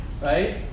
right